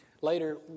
Later